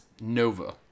Nova